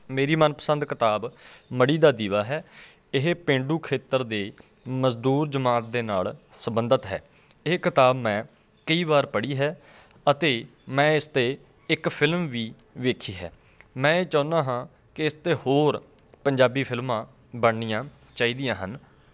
ਮੇਰੀ ਮਨਪਸੰਦ ਕਿਤਾਬ ਮੜੀ ਦਾ ਦੀਵਾ ਹੈ ਇਹ ਪੇਂਡੂ ਖੇਤਰ ਦੇ ਮਜ਼ਦੂਰ ਜਮਾਤ ਦੇ ਨਾਲ ਸੰਬੰਧਿਤ ਹੈ ਇਹ ਕਿਤਾਬ ਮੈਂ ਕਈ ਵਾਰ ਪੜ੍ਹੀ ਹੈ ਅਤੇ ਮੈਂ ਇਸ 'ਤੇ ਇੱਕ ਫਿਲਮ ਵੀ ਵੇਖੀ ਹੈ ਮੈਂ ਇਹ ਚਾਹੁੰਦਾ ਹਾਂ ਕਿ ਇਸ 'ਤੇ ਹੋਰ ਪੰਜਾਬੀ ਫਿਲਮਾਂ ਬਣਨੀਆਂ ਚਾਹੀਦੀਆਂ ਹਨ